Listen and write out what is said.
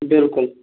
بالکُل